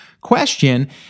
question